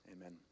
amen